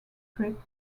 script